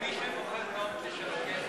מי שבוחר את האופציה של הכסף,